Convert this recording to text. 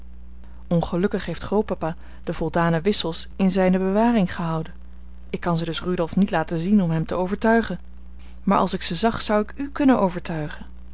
heeft grootpapa de voldane wissels in zijne bewaring gehouden ik kan ze dus rudolf niet laten zien om hem te overtuigen maar als ik ze zag zou ik u kunnen overtuigen